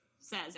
says